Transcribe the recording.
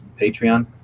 Patreon